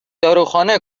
داروخانه